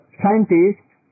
scientists